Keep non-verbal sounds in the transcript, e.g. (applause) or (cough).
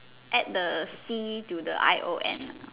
add the C to the I O N (noise)